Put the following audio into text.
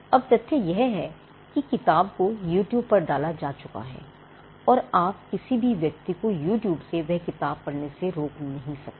अब तथ्य यह है कि किताब को यूट्यूब पर डाला जा चुका है और आप किसी भी व्यक्ति को यूट्यूब से वह किताब पढ़ने से रोक नहीं सकते